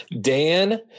Dan